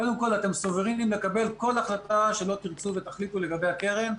קודם כול אתם סוברנים לקבל כל החלטה שתרצו ותחליטו לגבי הקרן.